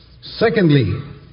Secondly